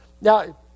Now